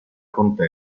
contea